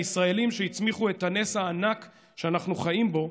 הישראלים שהצמיחו את הנס הענק שאנחנו חיים בו,